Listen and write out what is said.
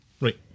Right